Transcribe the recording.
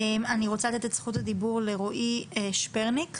אני רוצה לתת את זכות הדיבור לרועי שפרניק,